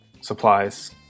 Supplies